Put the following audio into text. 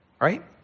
Right